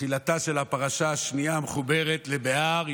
תחילתה של הפרשה השנייה המחוברת עם בהר,